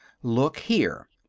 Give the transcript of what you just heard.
look here!